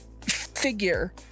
figure